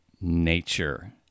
nature